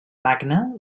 magne